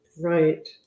Right